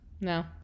No